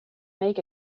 make